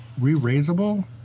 Re-raiseable